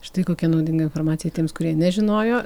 štai kokia naudinga informacija tiems kurie nežinojo